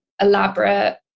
elaborate